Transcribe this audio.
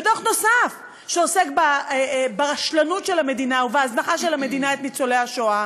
בדוח נוסף שעוסק ברשלנות של המדינה ובהזנחה של המדינה את ניצולי השואה,